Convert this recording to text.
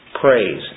praise